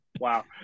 Wow